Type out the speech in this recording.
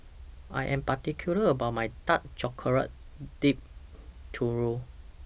I Am particular about My Dark Chocolate Dipped Churro